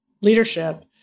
leadership